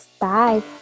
Bye